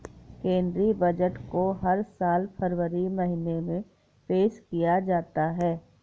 केंद्रीय बजट को हर साल फरवरी महीने में पेश किया जाता है